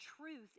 truth